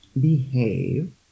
behave